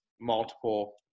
multiple